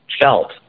felt